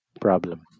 problem